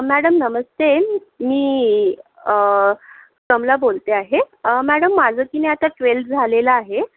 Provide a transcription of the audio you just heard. madam नमस्ते मी कमला बोलते आहे मॅडम माझं की नाही आता ट्वेल्थ झालेलं आहे